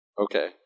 Okay